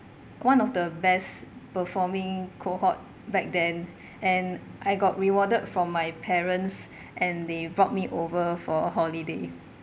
one of the best performing cohort back then and I got rewarded from my parents and they brought me over for holiday